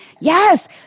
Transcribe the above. Yes